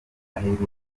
aheruka